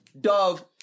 Dove